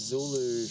Zulu